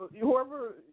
whoever